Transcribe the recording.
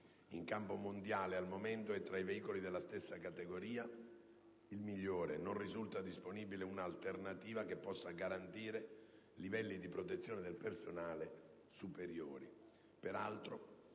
In campo mondiale, al momento, tra i veicoli della stessa categoria è il migliore: non risulta disponibile un'alternativa che possa garantire livelli di protezione del personale superiori.